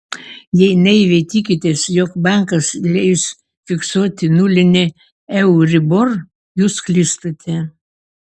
jei naiviai tikitės jog bankas leis fiksuoti nulinį euribor jūs klystate